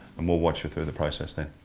and we'll watch you through the process then.